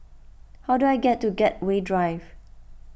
how do I get to Gateway Drive